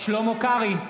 שלמה קרעי,